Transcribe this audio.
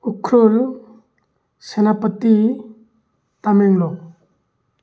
Ukhrul Senapati Tamenglong